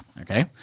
Okay